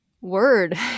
word